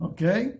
Okay